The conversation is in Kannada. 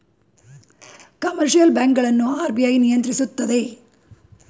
ಕಮರ್ಷಿಯಲ್ ಬ್ಯಾಂಕ್ ಗಳನ್ನು ಆರ್.ಬಿ.ಐ ನಿಯಂತ್ರಿಸುತ್ತದೆ